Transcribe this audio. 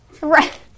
Right